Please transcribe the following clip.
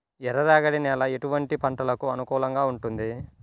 ఎర్ర రేగడి నేల ఎటువంటి పంటలకు అనుకూలంగా ఉంటుంది?